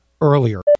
earlier